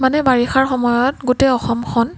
মানে বাৰিষাৰ সময়ত গোটেই অসমখন